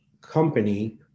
company